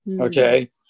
Okay